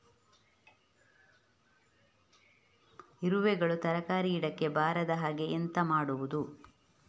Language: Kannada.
ಇರುವೆಗಳು ತರಕಾರಿ ಗಿಡಕ್ಕೆ ಬರದ ಹಾಗೆ ಎಂತ ಮಾಡುದು?